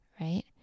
right